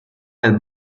nel